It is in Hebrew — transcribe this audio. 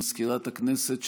מזכירת הכנסת,